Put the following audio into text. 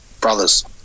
brothers